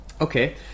Okay